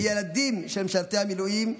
הילדים של משרתי המילואים.